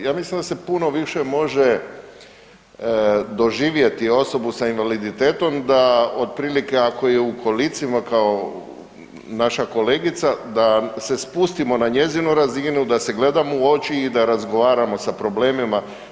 Ja mislim da se puno više može doživjeti osobu s invaliditetom da otprilike ako je u kolicima kao naša kolegica da se spustimo na njezinu razinu, da se gledamo u oči i da razgovaramo sa problemima.